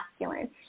masculine